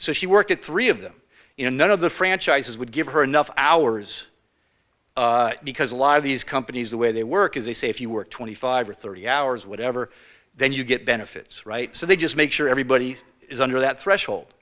so she worked at three of them in one of the franchises would give her enough hours because a lot of these companies the way they work is they say if you work twenty five or thirty hours whatever then you get benefits right so they just make sure everybody is under that threshold